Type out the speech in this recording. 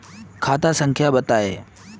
खाता संख्या बताई?